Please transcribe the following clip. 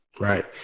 Right